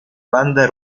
banda